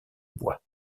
bois